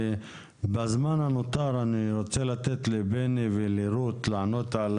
בזמן הנותר אני רוצה לתת לבני ולרות לענות על